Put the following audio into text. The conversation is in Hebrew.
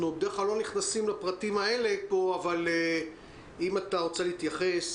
אנחנו בדרך כלל לא נכנסים לפרטים האלה פה אבל אם אתה רוצה להתייחס...